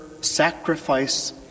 sacrifice